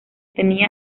tenía